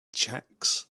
checks